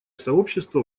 сообщество